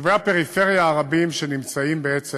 יישובי הפריפריה הרבים שנמצאים, בעצם